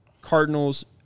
Cardinals